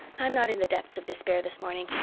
i'm not in the depths of despair this morning.